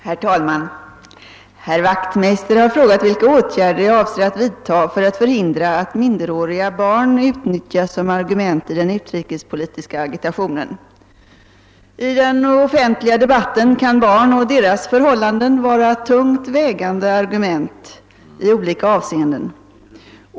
Herr talman! Herr Wachtmeister har frågat vilka åtgärder jag avser att vidta för att förhindra att minderåriga barn utnyttjas som argument i den utrikespolitiska agitationen. I den offentliga debatten kan barn och deras förhållanden vara tungt vägande argument i olika avseenden.